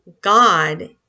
God